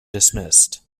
dismissed